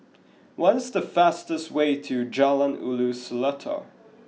what is the fastest way to Jalan Ulu Seletar